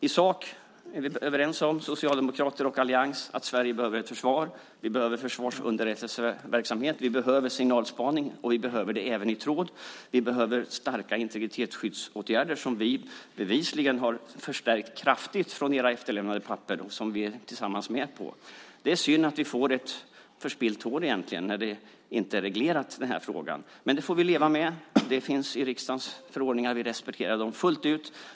I sak är Socialdemokraterna och alliansen överens om att Sverige behöver ett försvar. Vi behöver en försvarsunderrättelseverksamhet. Vi behöver signalspaning, och vi behöver det även i tråd. Vi behöver starka integritetsskyddsåtgärder, som vi bevisligen kraftigt förstärkt utifrån era efterlämnade papper, som vi gemensamt är med på. Det är synd att vi nu får ett förspillt år då frågan inte är reglerad. Det får vi emellertid leva med. Det är i enlighet med riksdagens förordningar, och vi respekterar dem fullt ut.